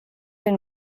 den